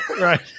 Right